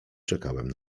czekałem